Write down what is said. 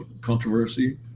controversy